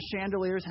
chandeliers